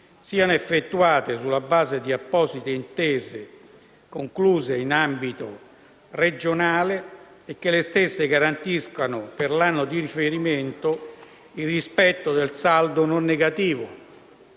siano effettuate sulla base di apposite intese concluse in ambito regionale e che le stesse garantiscano, per l'anno di riferimento, il rispetto del saldo non negativo